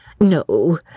No